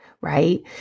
right